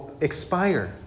expire